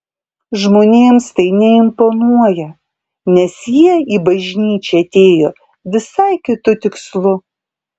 žmonėms tai neimponuoja nes jie į bažnyčią atėjo visai kitu tikslu